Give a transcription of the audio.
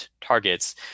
targets